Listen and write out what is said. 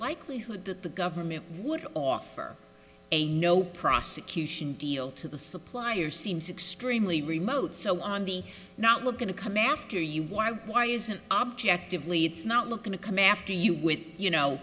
likelihood that the government would offer a no prosecution deal to the supplier seems extremely remote so on the not looking to come after you why why isn't objectively it's not looking to come after you with you know